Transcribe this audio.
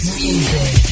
music